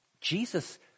Jesus